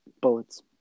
Bullets